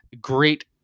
Great